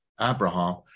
Abraham